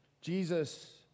Jesus